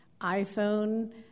iPhone